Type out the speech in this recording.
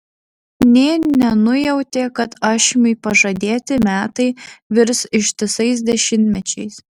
nė nenujautė kad ašmiui pažadėti metai virs ištisais dešimtmečiais